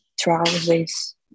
trousers